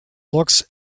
looks